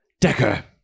Decker